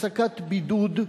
הפסקת בידוד,